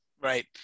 Right